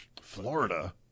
Florida